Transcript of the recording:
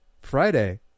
Friday